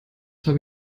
habe